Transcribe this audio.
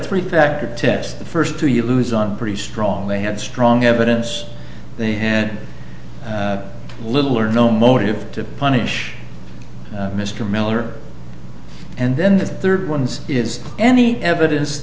three factor test the first two you lose on pretty strong they had strong evidence they had little or no motive to punish mr miller and then the third ones is any evidence